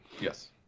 Yes